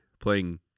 playing